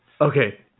okay